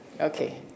Okay